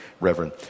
Reverend